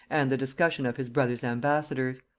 and the discussion of his brother's ambassadors.